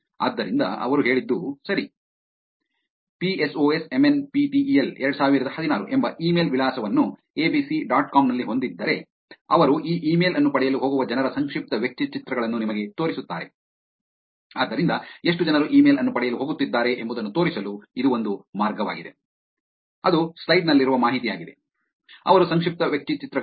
ಆದ್ದರಿಂದ ಅವರು ಹೇಳಿದ್ದು ಸರಿ psosmnptel2016 ಎಂಬ ಇಮೇಲ್ ವಿಳಾಸವನ್ನು ಎಬಿಸಿ ಡಾಟ್ ಕಾಮ್ ನಲ್ಲಿ ಹೊಂದಿದ್ದರೆ ಅವರು ಈ ಇಮೇಲ್ ಅನ್ನು ಪಡೆಯಲು ಹೋಗುವ ಜನರ ಸಂಕ್ಷಿಪ್ತ ವ್ಯಕ್ತಿಚಿತ್ರಗಳನ್ನು ನಿಮಗೆ ತೋರಿಸುತ್ತಾರೆ ಆದ್ದರಿಂದ ಎಷ್ಟು ಜನರು ಇಮೇಲ್ ಅನ್ನು ಪಡೆಯಲು ಹೋಗುತ್ತಿದ್ದಾರೆ ಎಂಬುದನ್ನು ತೋರಿಸಲು ಇದು ಒಂದು ಮಾರ್ಗವಾಗಿದೆ ಅದು ಸ್ಲೈಡ್ ನಲ್ಲಿರುವ ಮಾಹಿತಿಯಾಗಿದೆ ಅವರ ಸಂಕ್ಷಿಪ್ತ ವ್ಯಕ್ತಿಚಿತ್ರಗಳು